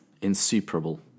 Insuperable